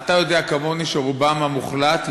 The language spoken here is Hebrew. אתה יודע כמוני שרובם המוחלט,